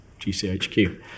GCHQ